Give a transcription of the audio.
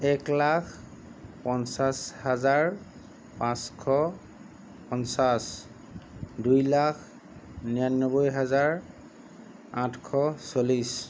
এক লাখ পঞ্চাছ হাজাৰ পাঁচশ পঞ্চাছ দুই লাখ নিৰান্নব্বৈ হাজাৰ আঠশ তেইছ